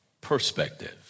perspective